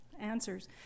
answers